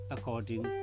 According